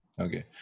Okay